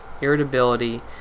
irritability